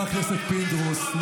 חבר הכנסת פינדרוס,